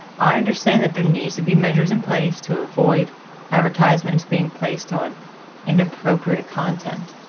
i understand that there needs to be measures in place to avoid advertisements being placed on inappropriate content.